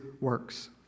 works